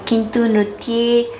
किन्तु नृत्ये